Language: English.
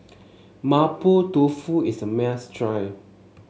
Mapo Tofu is a must try